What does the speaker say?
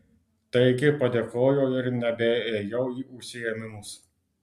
taigi padėkojau ir nebeėjau į užsiėmimus